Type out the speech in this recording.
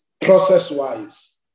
process-wise